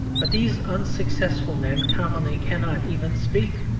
but these unsuccessful men commonly cannot even speak.